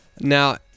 Now